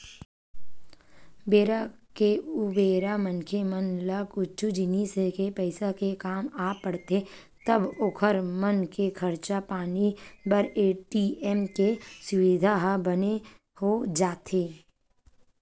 बेरा के उबेरा मनखे मन ला कुछु जिनिस के पइसा के काम आ पड़थे तब ओखर मन के खरचा पानी बर ए.टी.एम के सुबिधा ह बने हो जाथे